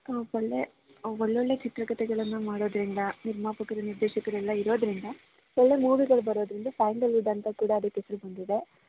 ಒಳ್ಳೆಯ ಒಳ್ಳೊಳ್ಳೆಯ ಚಿತ್ರಕತೆಗಳನ್ನು ಮಾಡೋದರಿಂದ ನಿರ್ಮಾಪಕರು ನಿರ್ದೇಶಕರೆಲ್ಲ ಇರೋದರಿಂದ ಒಳ್ಳೆಯ ಮೂವಿಗಳು ಬರೋದರಿಂದ ಸ್ಯಾಂಡಲ್ವುಡ್ ಅಂತ ಕೂಡ ಅದಕ್ಕೆ ಹೆಸ್ರು ಬಂದಿದೆ